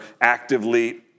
actively